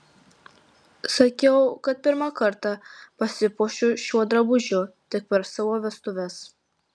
sakiau kad pirmą kartą pasipuošiu šiuo drabužiu tik per savo vestuves